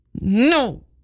No